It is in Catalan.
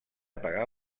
pagar